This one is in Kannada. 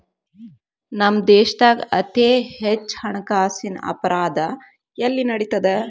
ನಮ್ಮ ದೇಶ್ದಾಗ ಅತೇ ಹೆಚ್ಚ ಹಣ್ಕಾಸಿನ್ ಅಪರಾಧಾ ಎಲ್ಲಿ ನಡಿತದ?